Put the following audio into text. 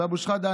אבו שחאדה,